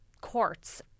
courts